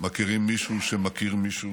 מכירים מישהו שמכיר מישהו,